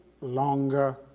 longer